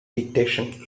dictation